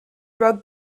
wrote